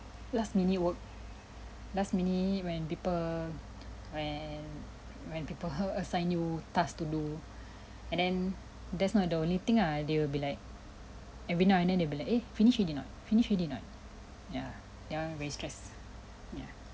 last minute work last minute when people when and when people her assign you task to do and then that's not the only thing ah they will be like every now and then they'll be like eh finish already or not finish already or not ya ya very stress ya